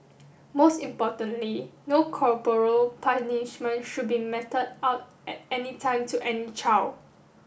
most importantly no corporal punishment should be meted out at any time to any child